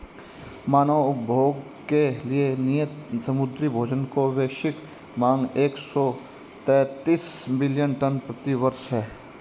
मानव उपभोग के लिए नियत समुद्री भोजन की वैश्विक मांग एक सौ तैंतालीस मिलियन टन प्रति वर्ष है